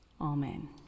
Amen